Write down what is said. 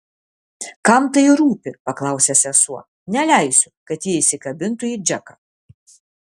kam tai rūpi paklausė sesuo neleisiu kad ji įsikabintų į džeką